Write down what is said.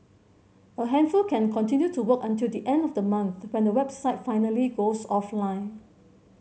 a handful can continue to work until the end of the month when the website finally goes offline